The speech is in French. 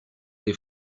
des